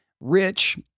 Rich